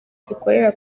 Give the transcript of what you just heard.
gikorera